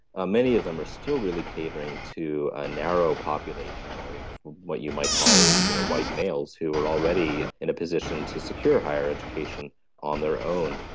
ah many of them are still really catering to a narrow population of what you might call you know white males who are already in a position to secure higher education on their own.